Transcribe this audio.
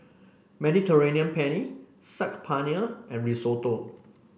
Mediterranean Penne Saag Paneer and Risotto